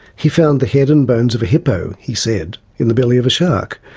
he found the head and bones of a hippo, he said, in the belly of a shark,